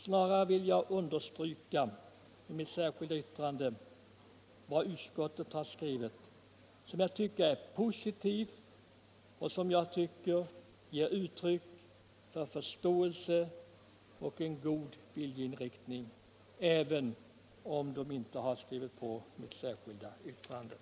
Snarare vill jag i det särskilda yttrandet understryka utskottets skrivning, som jag tycker är positiv och uttrycker förståelse och en god viljeinriktning, även om mina utskottskamrater inte har skrivit på det särskilda yttrandet.